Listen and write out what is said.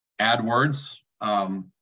AdWords